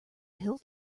hilt